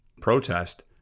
protest